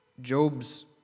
Job's